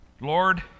Lord